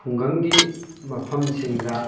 ꯈꯨꯡꯒꯪꯒꯤ ꯃꯐꯝꯁꯤꯡꯗ